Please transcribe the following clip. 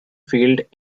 field